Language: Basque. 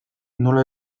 nola